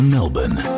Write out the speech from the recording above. Melbourne